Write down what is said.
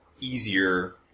easier